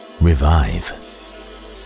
revive